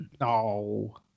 no